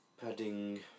padding